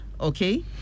Okay